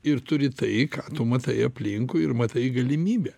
ir turi tai ką tu matai aplinkui ir matai galimybę